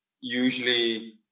usually